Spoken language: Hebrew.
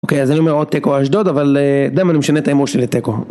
אוקיי אז אני אומר או תיקו או אשדוד.. אבל אתה יודע מה? אני משנה את ההימור שלי לתיקו